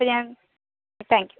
അപ്പോൾ ഞാൻ താങ്ക്യു